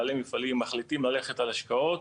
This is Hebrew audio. בעלי מפעלים מחליטים ללכת על השקעות